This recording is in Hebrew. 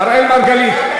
אראל מרגלית,